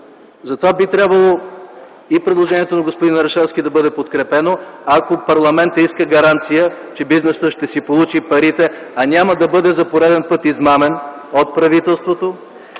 Затова би трябвало и предложението на господин Орешарски да бъде подкрепено, ако парламентът иска гаранция, че бизнесът ще си получи парите, а няма да бъде измамен за пореден път от правителството